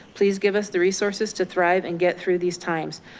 please give us the resources to thrive and get through these times.